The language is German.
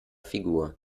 figur